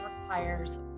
requires